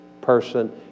person